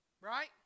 Right